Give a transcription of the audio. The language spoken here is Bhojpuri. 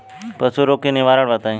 पशु रोग के निवारण बताई?